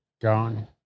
Gone